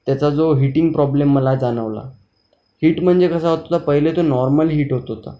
त्याचा जो heating problem मला जाणवला हीट म्हणजे कसा होत होता पहिले तो नॉर्मल हीट होत होता